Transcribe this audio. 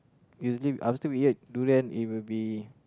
usually after we ate durian it will be